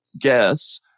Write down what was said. guess